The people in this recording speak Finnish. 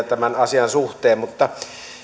tämän asian suhteen mutta